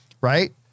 right